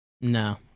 No